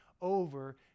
over